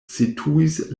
situis